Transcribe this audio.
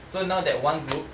so now that one group